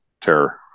Terror